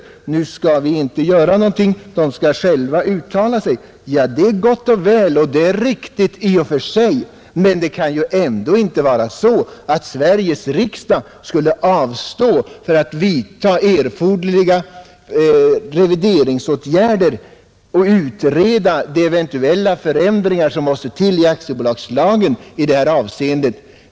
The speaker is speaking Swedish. Därför skulle vi inte göra någonting, utan de skall själva uttala sig. Ja, det är gott och väl och det är riktigt i och för sig. Men Sveriges riksdag skall väl fördenskull inte avstå från att vidta erforderliga revideringsåtgärder och utreda vilka eventuella förändringar som måste vidtas i aktiebolagslagen i detta avseende?